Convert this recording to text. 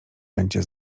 będzie